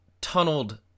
tunneled